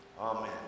Amen